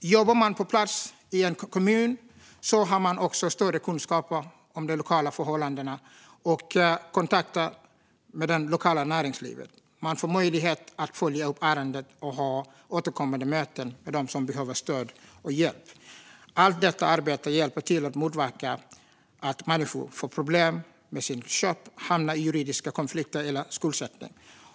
Jobbar man på plats i en kommun har man också större kunskap om de lokala förhållandena och kontakter med det lokala näringslivet. Man får möjlighet att följa upp ärenden och att ha återkommande möten med dem som behöver stöd och hjälp. Allt detta arbete motverkar att människor får problem med sina köp, hamnar i juridiska konflikter eller hamnar i skuldsättning.